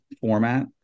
format